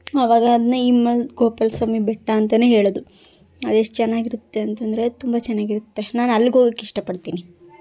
ಅವಾಗ ಅದನ್ನು ಹಿಮವದ್ ಗೋಪಾಲ ಸ್ವಾಮಿ ಬೆಟ್ಟ ಅಂತಲೇ ಹೇಳೋದು ಅದು ಎಷ್ಟು ಚೆನ್ನಾಗಿರುತ್ತೆ ಅಂತಂದರೆ ಅದು ತುಂಬ ಚೆನ್ನಾಗಿರುತ್ತೆ ನಾನು ಅಲ್ಲಿಗ್ಹೋಗೋಕೆ ಇಷ್ಟಪಡ್ತೀನಿ